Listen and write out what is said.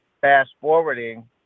fast-forwarding